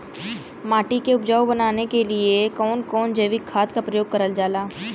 माटी के उपजाऊ बनाने के लिए कौन कौन जैविक खाद का प्रयोग करल जाला?